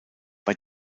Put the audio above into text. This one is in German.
bei